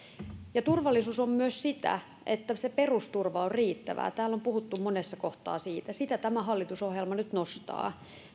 turvallisuus on myös sitä että perusturva on riittävää täällä on puhuttu monessa kohtaa siitä sitä tämä hallitusohjelma nyt nostaa